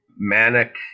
Manic